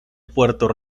puerto